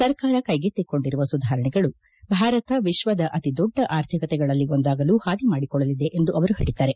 ಸರ್ಕಾರ ಕೈಗೆಕ್ತಿಕೊಂಡಿರುವ ಸುಧಾರಣೆಗಳು ಭಾರತ ವಿಶ್ವದ ಅಪಿದೊಡ್ಡ ಅರ್ಥಿಕತೆಗಳಲ್ಲಿ ಒಂದಾಗಲು ಪಾದಿ ಮಾಡಿಕೊಡಲಿದೆ ಎಂದು ಅವರು ಪೇಳದ್ದಾರೆ